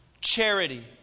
charity